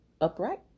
upright